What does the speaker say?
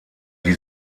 die